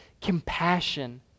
compassion